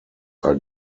are